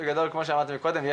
כמו שאמרתי קודם,